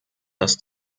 das